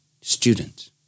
Student